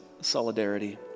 solidarity